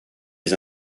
les